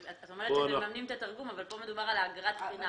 את אומרת שמממנים את התרגום אבל פה מדובר על אגרת הבחינה.